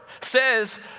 says